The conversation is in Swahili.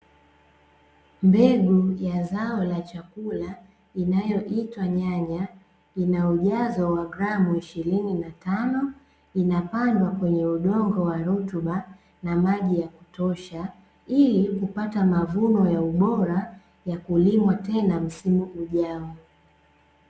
Mbegu ya zao la chakula inayoitwa nyanya, ina ujazo wa gramu ishirini na tano inapandwa kwenye udongo wa rutuba na maji ya kutosha, ili kupata mavuno ya ubora ya kulimwa tena na msimu ujao.